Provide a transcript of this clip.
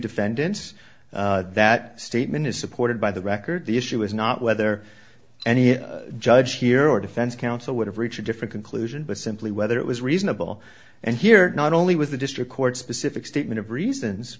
defendants that statement is supported by the record the issue is not whether any judge here or defense counsel would have reached a different conclusion but simply whether it was reasonable and here not only with a district court specific statement of reasons